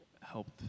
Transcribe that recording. helped